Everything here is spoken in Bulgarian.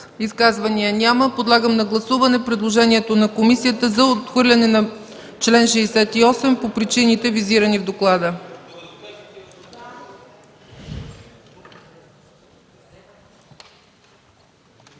Изказвания? Няма. Подлагам на гласуване предложението на комисията за отхвърляне на чл. 68 по причините, визирани в доклада.